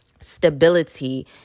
stability